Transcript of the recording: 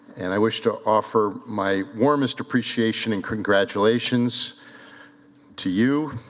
and i wish to offer my warmest appreciation and congratulations to you,